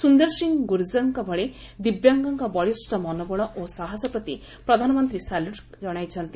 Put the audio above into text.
ସୁନ୍ଦର ସିଂ ଗୁର୍ଜରଙ୍କ ଭଳି ଦିବ୍ୟାଙ୍ଗଙ୍କ ବଳିଷ ମନୋବଳ ଓ ସାହସ ପ୍ରତି ପ୍ରଧାନମନ୍ତ୍ରୀ ସାଲ୍ୟୁଟ୍ ଜଣାଇଛନ୍ତି